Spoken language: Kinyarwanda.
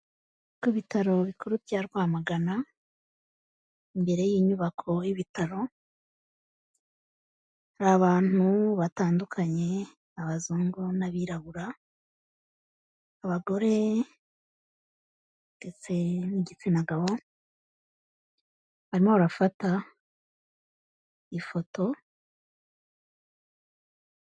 Ku bitaro bikuru bya Rwamagana, imbere y'inyubako y'ibitaro hari abantu batandukanye abazungu n'abirabura, abagore ndetse n'igitsina gabo, barimo barafata ifoto.